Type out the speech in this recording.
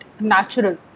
natural